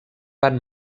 van